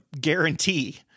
guarantee